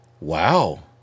Wow